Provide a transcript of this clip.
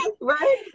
Right